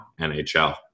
NHL